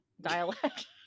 dialect